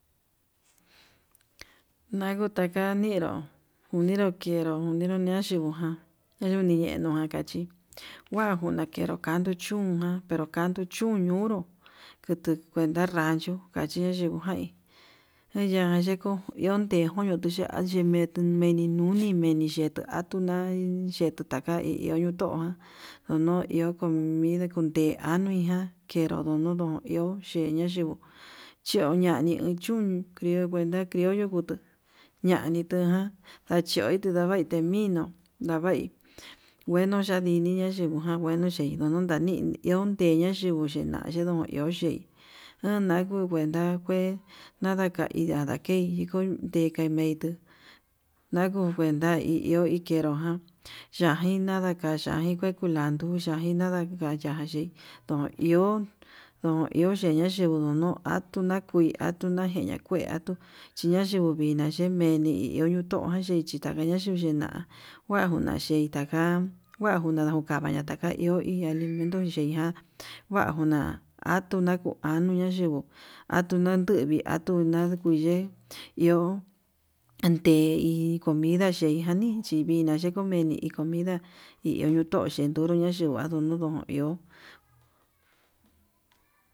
Naguu taka ninró uninru kenru uninro nachiguján, nayuni yenuján kachí kuan kundakenru kanchú chún, na'a pero kan chú niungun nuu kutu kuenta rancho kache yujain, eyan yekuun kunde uniu tuu cha'a axhe meni nuni meni yetuu atunai yetu taka hi iho ndono iho comida deten anuiján, na'a yenru no nodo iho ya'í ñaxhingu ñeu ñani chiun criu kuenta criuyo ngutu ñnitunjan ndachio tendavaite mino'o navai ngueno ñandiniña yandiniña ngueno chei yonandii iho no tein, che yingu china'a iho tei ndanaku kuenta kue nadaka kei meko nita iko'o na kuenta hi iho ke kenro ján yajin nadakaxu najin kuekula lantuya nanguin nadakai yayi ndo'o iho yo'o iho xhena yenguu no'o atuu, nakui atuu ñanjiña kue atuu xhina xhinguvina yeneni iho yiu xhina'a kuajuna xhetaka kuajuna ndakujavaña tuka iho alimento xhi'a nguajuna atuna anuu naku atunanduvi atuu nakuye iho atein comida ye'í janin chivina nikomini ni comida iho nuntochi naku unduu n aku ihó.